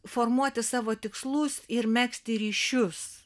formuoti savo tikslus ir megzti ryšius